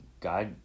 God